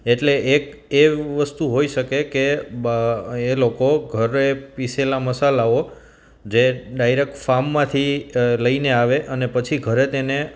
એટલે એક એ વસ્તુ હોઇ શકે કે એ લોકો ઘરે પીસેલા મસાલાઓ જે ડાયરેક ફામમાંથી લઈને આવે અને પછી ઘરે તેને